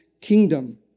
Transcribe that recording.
kingdom